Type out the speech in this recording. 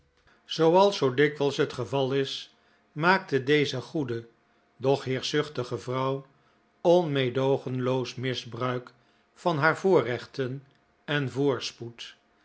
zooals zoo dikwijls het geval is maakte deze goede doch heerschzuchtige vrouw onmeedoogenloos misbruik van haar voorrechten en voorspoed